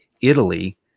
Italy